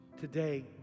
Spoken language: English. today